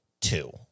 two